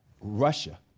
Russia